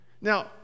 now